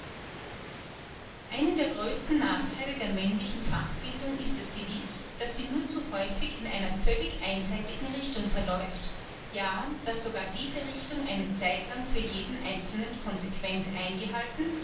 einer der größten nachtheile der männlichen fachbildung ist es gewiß daß sie nur zu häufig in einer völlig einseitigen richtung verläuft ja daß sogar diese richtung eine zeitlang für jeden einzelnen consequent eingehalten